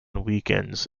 weekends